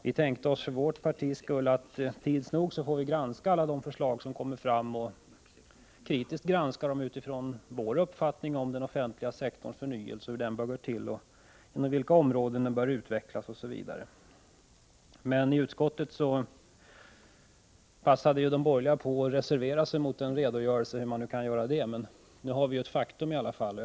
För vårt partis sida sade vi oss att vi tids nog kommer att kritiskt få granska alla de förslag som kommer fram och göra detta utifrån vår uppfattning om hur den offentliga sektorns förnyelse bör gå till, inom vilka områden den bör utvecklas osv. Men de borgerliga partiernas företrädare i utskottet passade på att reservera sig, hur man nu kan reservera sig mot en redogörelse. Men detta är nu i alla fall ett faktum.